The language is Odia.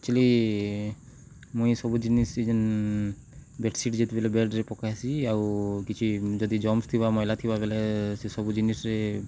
ଆକ୍ଚୁଲି ମୁଇଁ ଏ ସବୁ ଜିନିଷ ଯେନ୍ ବେଡ଼୍ସିଟ୍ ଯେତେବେଲେ ବେଡ଼୍ରେ ପକାଇ ହେସି ଆଉ କିଛି ଯଦି ଜର୍ମ୍ସ ଥିବା ମଇଲା ଥିବା ବଲେ ସେ ସବୁ ଜିନିଷ୍ରେେ